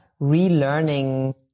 relearning